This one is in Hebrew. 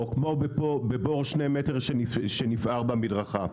או כמו בבור שני מטר שנפער במדרכה.